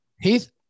Heath